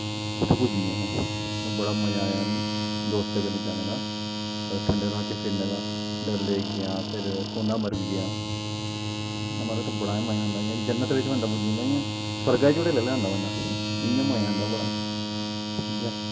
उत्थें पुज्जी गेआ ऐं में मिगी बड़ा मज़ा आया मिगी दोस्तें कन्नै जाने दा होर ठंडे इलाके फिरने दा डल लेक गेआ ऐ फिर सोनामर्ग गेआ ऐ महाराज उत्थें बड़ा गै मज़ा आंदा ऐ इयां जन्नत बिच्च बंदा पुज्जी जंदा इ'यां स्वर्गा दा झूटा लेई लैंदा बंदा इ'यां मज़ा आंदा बड़ा ठीक ऐ